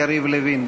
יריב לוין.